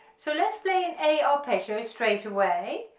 so let's play an a arpeggio straight away